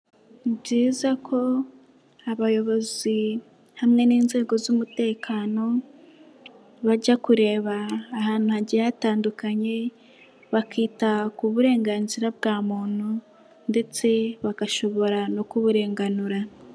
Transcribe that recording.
Ni byiza ko abayobozi hamwe n'inzego z'umutekano bajya kureba ahantu hagiye hatandukanye bakita ku burenganzira bwa muntu ndetse bagashobora no kuburenganura.